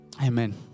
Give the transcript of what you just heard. Amen